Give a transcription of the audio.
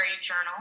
journal